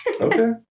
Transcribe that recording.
Okay